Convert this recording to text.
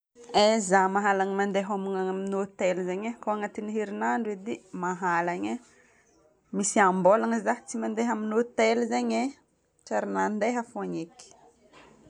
Eeh zaho mahalagna mandeha homagna amin'ny hotel zegny e. Ko agnatin'ny herinandro edy mahalagna e. Misy am-bolagna zaho tsy nandeha amin'ny hotel zegny e. Tsy ary nandeha fôgna eky.